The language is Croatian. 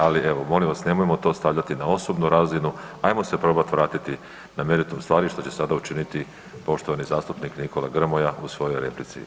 Ali evo molim vas nemojmo to stavljati na osobnu razinu, ajmo se probat vratiti na meritum stvari što će sada učiniti poštovani zastupnik Nikola Grmoja u svojoj replici.